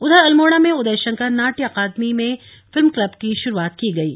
उधर अल्मोडा में उदयशंकर नाट्य अकादमी में फिल्म क्लब की शुरूआत की गयी